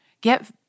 get